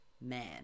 Man